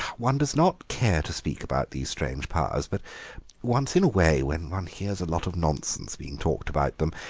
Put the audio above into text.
one does not care to speak about these strange powers, but once in a way, when one hears a lot of nonsense being talked about them,